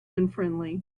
unfriendly